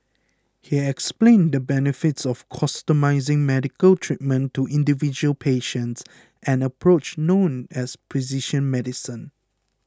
he explained the benefits of customising medical treatment to individual patients an approach known as precision medicine